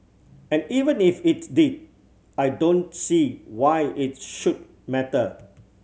and even if it did I don't see why it should matter